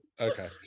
Okay